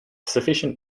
sufficient